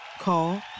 Call